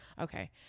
Okay